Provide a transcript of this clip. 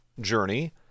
journey